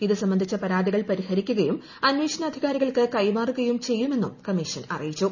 ഇത് സംബന്ധിച്ച പരാതികൾ പരിഹരിക്കുകയും ്ട് അന്നേഷണ അധികാരികൾക്ക് കൈമാറുകയും ചെയ്യുമെന്നും കമ്മീഷൻ അറിയിച്ചു